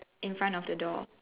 in front of the door